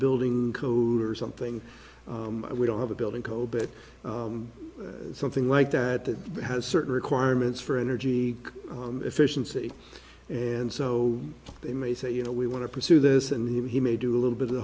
building code or something we don't have a building code but something like that that has certain requirements for energy efficiency and so they may say you know we want to pursue this and he may do a little bit of